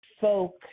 folk